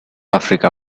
africa